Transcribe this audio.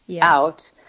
out